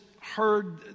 heard